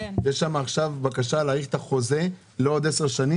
יש בקשה להאריך את החוזה לעוד עשר שנים